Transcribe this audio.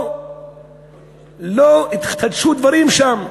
או לא התחדשו דברים שם,